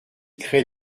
crée